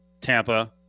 Tampa